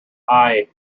aye